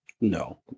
No